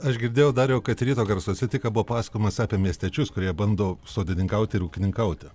aš girdėjau dariau kad ryto garsuose tik ką buvo pasakojimas apie miestiečius kurie bando sodininkauti ir ūkininkauti